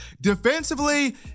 Defensively